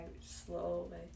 slowly